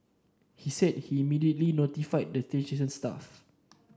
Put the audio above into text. he said he immediately notified the station staff